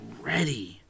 ready